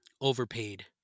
Overpaid